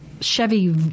Chevy